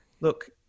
Look